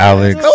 Alex